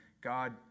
God